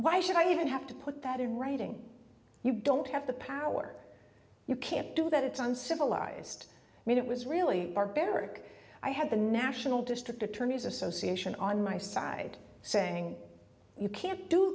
why should i even have to put that in writing you don't have the power you can't do that it's uncivilized i mean it was really barbaric i had the national district attorneys association on my side saying you can't do